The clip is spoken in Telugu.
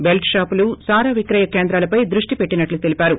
బెల్ల్ షాపులు సారా విక్రయ కేంద్రాలపై దృష్టి పెట్టినట్లు తెలిపారు